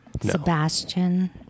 Sebastian